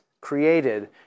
created